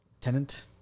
Tenant